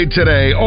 today